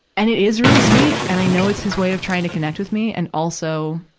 and it is really sweet, and i know it's his way of trying to connect with me, and also,